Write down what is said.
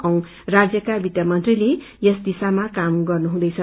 औ राज्यका वित्त मंत्री यसको दिशामा काम गर्नु हुँदैछ